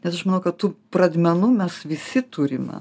nes aš manau kad tų pradmenų mes visi turime